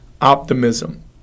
optimism